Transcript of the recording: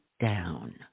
down